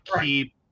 keep